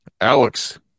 Alex